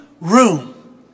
room